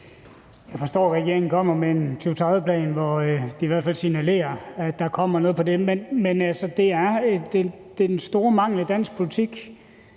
Jeg forstår, at regeringen kommer med en 2030-plan, hvor de i hvert fald signalerer at der kommer noget på det. Men altså, det har været den store mangel i dansk politik